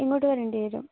ഇങ്ങോട്ട് വരേണ്ടി വരും